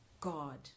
God